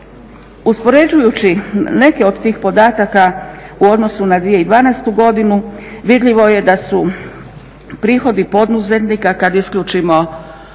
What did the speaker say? Uspoređujući neke od tih podataka u odnosu na 2012. godinu vidljivo je da su prihodi poduzetnika kad isključimo